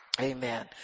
Amen